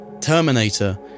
Terminator